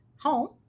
home